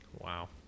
wow